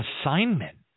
assignment